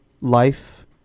life